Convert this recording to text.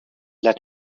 let